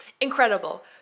incredible